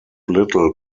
little